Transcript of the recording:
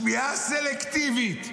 שמיעה סלקטיבית.